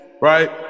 right